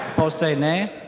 say nay.